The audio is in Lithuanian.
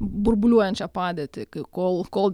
burbuliuojančią padėtį kai kol kol